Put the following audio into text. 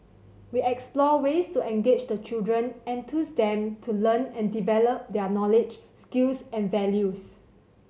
we explore ways to engage the children and enthuse them to learn and develop their knowledge skills and values